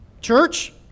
church